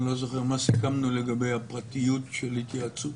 אני לא זוכר: מה סיכמנו לגבי הפרטיות של התייעצות?